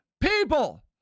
people